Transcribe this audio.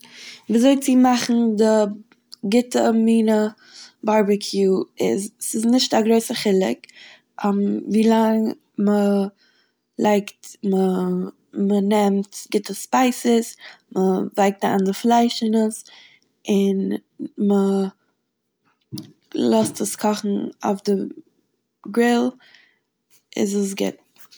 ווי אזוי צו מאכן די גוטע מינע בארביקיו איז, ס'איז נישט א גרויסע חילוק, ווי לאנג מ'לייגט- מ'- מ'נעמט גוטע ספייסעס מ'ווייקט איין די פלייש אין עס, און מ'לאזט עס קאכן אויף די גרילל איז עס גוט.